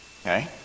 okay